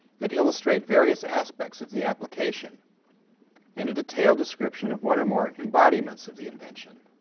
that illustrate various aspects of the application and a detailed description of one or more embodiments of the invention.